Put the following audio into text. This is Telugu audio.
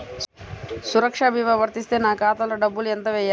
సురక్ష భీమా వర్తిస్తే నా ఖాతాలో డబ్బులు ఎంత వేయాలి?